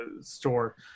store